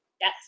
Yes